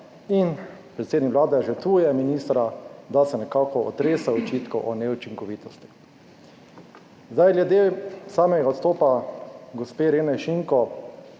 in predsednik vlade žrtvuje ministra, da se nekako otrese očitkov o neučinkovitosti. Glede samega odstopa gospe Irene Šinko,